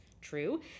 true